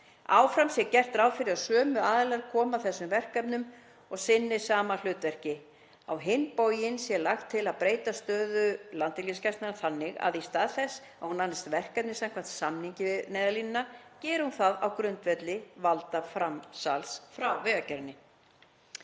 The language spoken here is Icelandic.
Áfram sé gert ráð fyrir að sömu aðilar komi að þessum verkefnum og sinni sama hlutverki. Á hinn bóginn sé lagt til að breyta stöðu Landhelgisgæslunnar þannig að í stað þess að hún annist verkefni samkvæmt samningi við Neyðarlínuna geri hún það á grundvelli valdaframsals frá Vegagerðinni.